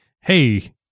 hey